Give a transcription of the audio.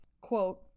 Quote